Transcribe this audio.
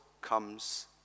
Comes